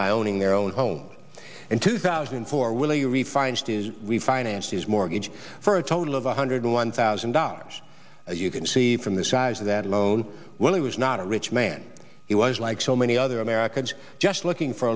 by owning their own home in two thousand and four will you refinanced is we financed these mortgage for a total of one hundred one thousand dollars you can see from the size of that loan when he was not a rich man he was like so many other americans just looking for